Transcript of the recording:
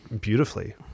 beautifully